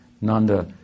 Nanda